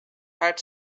had